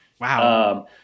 Wow